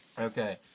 Okay